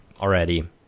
already